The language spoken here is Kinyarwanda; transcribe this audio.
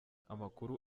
amakuru